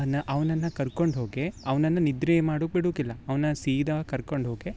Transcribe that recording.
ನ ಅವ್ನನ್ನು ಕರ್ಕೊಂಡು ಹೋಗಿ ಅವ್ನನ್ನು ನಿದ್ರೆ ಮಾಡೋಕೆ ಬಿಡುಕಿಲ್ಲ ಅವನ್ನ ಸೀದಾ ಕರ್ಕೊಂಡು ಹೋಗೆ